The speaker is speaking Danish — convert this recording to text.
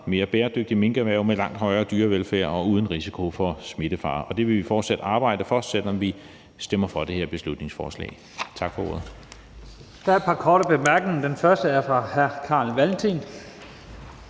mere bæredygtig minkerhverv med langt højere dyrevelfærd og uden risiko for smittefare, og det vil vi fortsat arbejde for, selv om vi stemmer for det her beslutningsforslag. Tak for ordet. Kl. 11:47 Første næstformand (Leif Lahn Jensen):